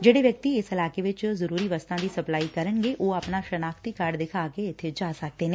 ਜਿਹੜੇ ਵਿਅਕਤੀ ਇਸ ਇਲਾਕੇ ਵਿੱਚ ਜਰੁਰੀ ਵਸਤਾਂ ਦੀ ਸਪਲਾਈ ਕਰਨਗੇ ਉਹ ਆਪਣਾ ਸਨਾਖਤੀ ਕਾਰਡ ਦਿਖਾਕੇ ਇਥੇ ਜਾ ਸਕਦੇ ਨੇ